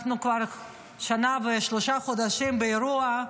אנחנו כבר שנה ושלושה חודשים באירוע.